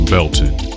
Belton